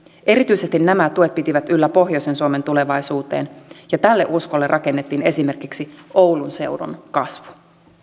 erityisesti nämä tuet pitivät yllä pohjoisen suomen tulevaisuuteen ja tälle uskolle rakennettiin esimerkiksi oulun seudun kasvu